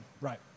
right